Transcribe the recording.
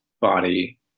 body